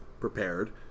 prepared